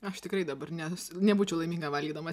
aš tikrai dabar nes nebūčiau laiminga valgydama